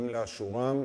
יכול להיות שאלה הם